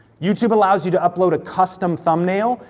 youtube allows you to upload a custom thumbnail,